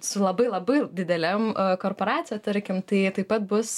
su labai labai didelėm korporacija tarkim tai jai taip pat bus